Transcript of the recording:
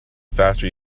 faster